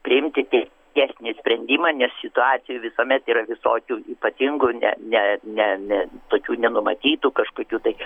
priimti teisingesnį sprendimą nes situacijų visuomet yra visokių ypatingų ne ne ne ne tokių nenumatytų kažkokių tai